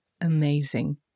Amazing